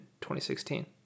2016